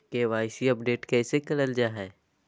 KYC update कैसे करल जाहै?